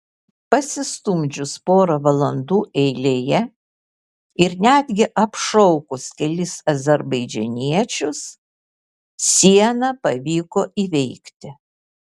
pasistumdžius porą valandų eilėje ir netgi apšaukus kelis azerbaidžaniečius sieną pavyko įveikti